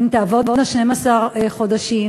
הן תעבודנה 12 חודשים,